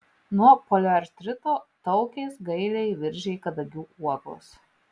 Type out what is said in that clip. nuo poliartrito taukės gailiai viržiai kadagių uogos